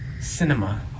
cinema